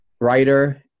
writer –